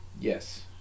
Yes